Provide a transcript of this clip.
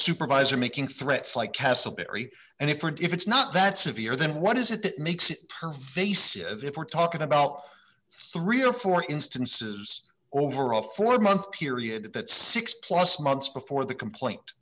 supervisor making threats like castleberry and if or if it's not that severe then what is it that makes it perfect he said if we're talking about three or four instances over a four month period that six plus months before the complaint